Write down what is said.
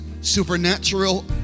supernatural